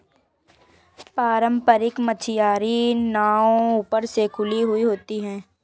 पारम्परिक मछियारी नाव ऊपर से खुली हुई होती हैं